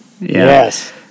Yes